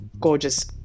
gorgeous